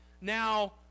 Now